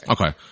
Okay